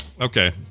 Okay